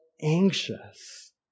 Anxious